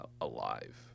alive